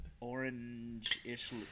orange-ish